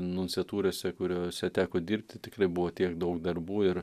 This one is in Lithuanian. nunciatūrose kuriose teko dirbti tikrai buvo tiek daug darbų ir